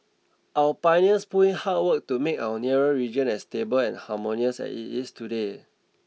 our pioneers put in hard work to make our nearer region as stable and harmonious as it is today